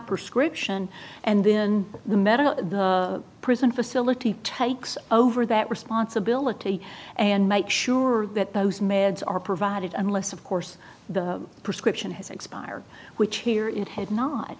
prescription and then the medical the prison facility takes over that responsibility and make sure that those meds are provided unless of course the prescription has expired which here it had not